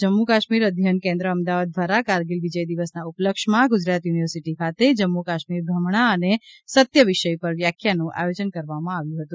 જમ્મુ કાશ્મી અધ્યયન કેન્દ્ર અમદાવાદ દ્વારા કારગીલ વિજય દિવસના ઉપલક્ષ્યમાં ગુજરાત યુનિવર્સિટી ખાતે જમ્મુ કાશ્મીર ભ્રમણા અને સત્ય વિષય પર વ્યાખ્યાનનું આયોજન કરવાં આવ્યું હતું